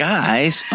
Guys